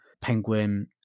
Penguin